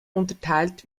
unterteilt